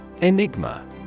Enigma